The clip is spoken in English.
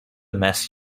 mess